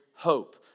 Hope